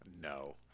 No